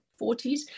40s